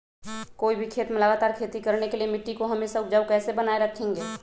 कोई भी खेत में लगातार खेती करने के लिए मिट्टी को हमेसा उपजाऊ कैसे बनाय रखेंगे?